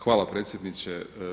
Hvala predsjedniče.